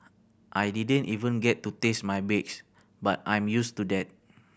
I didn't even get to taste my bakes but I'm used to that